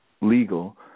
legal